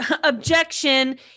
objection